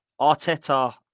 Arteta